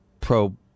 pro